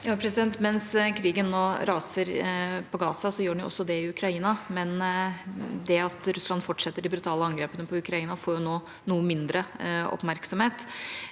(H) Mens krigen nå raser på Gaza, gjør den også det i Ukraina, men det at Russland fortsetter de brutale angrepene på Ukraina, får nå noe mindre oppmerksomhet.